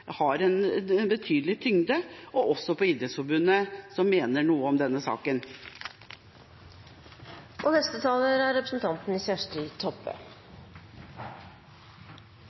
betydelig tyngde, og også på Idrettsforbundet, som mener noe om denne saken.